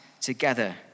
together